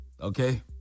Okay